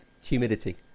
humidity